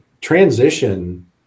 transition